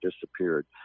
disappeared